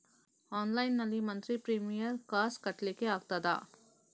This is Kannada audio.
ಆನ್ಲೈನ್ ನಲ್ಲಿ ಮಂತ್ಲಿ ಪ್ರೀಮಿಯರ್ ಕಾಸ್ ಕಟ್ಲಿಕ್ಕೆ ಆಗ್ತದಾ?